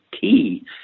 key